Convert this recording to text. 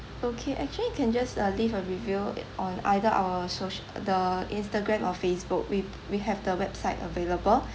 okay actually you can just uh leave a review i~ on either our soci~ the Instagram or Facebook we we have the website available